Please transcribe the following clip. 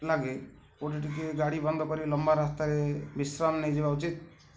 ଲାଗେ କେଉଁଠି ଟିକେ ଗାଡ଼ି ବନ୍ଦ କରି ଲମ୍ବା ରାସ୍ତାରେ ବିଶ୍ରାମ ନେଇଯିବା ଉଚିତ୍